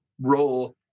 role